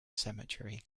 cemetery